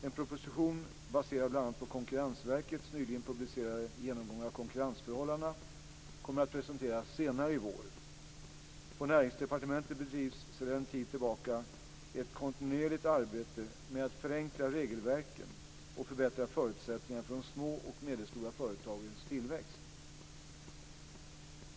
En proposition, baserad bl.a. på Konkurrensverkets nyligen publicerade genomgång av konkurrensförhållandena, kommer att presenteras senare i vår. På Näringsdepartementet bedrivs sedan en tid tillbaka ett kontinuerligt arbete med att förenkla regelverken och förbättra förutsättningarna för de små och medelstora företagens tillväxt.